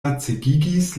lacegigis